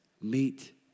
meet